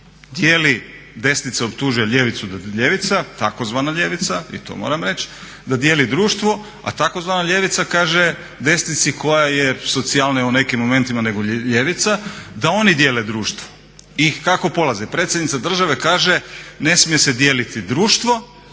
ljevica i to moram reći da dijeli društvo, a tzv. ljevica kaže desnici koja je socijalnija u nekim momentima nego ljevica da oni dijele društvo. I kako polaze? Predsjednica države kaže ne smije se dijeliti društvo